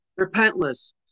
Repentless